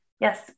Yes